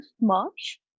March